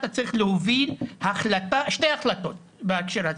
אתה צריך להוביל שתי החלטות בהקשר הזה.